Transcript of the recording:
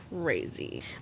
crazy